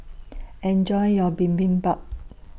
Enjoy your Bibimbap